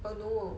ah no